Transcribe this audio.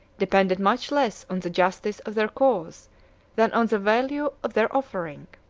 depended much less on the justice of their cause than on the value of their offering.